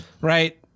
right